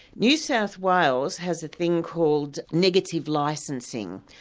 new south wales has a thing called negative licensing,